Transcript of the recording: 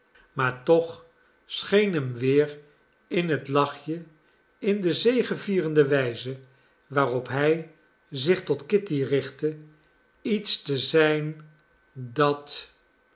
maar toch scheen hem weer in het lachje in de zegevierende wijze waarop hij zich tot kitty richtte iets te zijn dat